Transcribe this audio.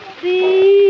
see